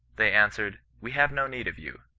they answered, we have no need of you.